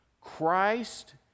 Christ